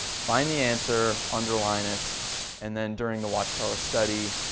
find the answer, underline it and then during the watchtower study,